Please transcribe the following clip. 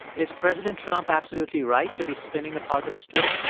is president trump absolutely right to be spinning a positive story?